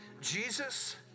Jesus